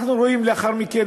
אנחנו רואים לאחר מכן,